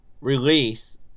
release